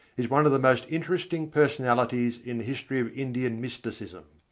is one of the most interesting personalities in the history of indian mysticism.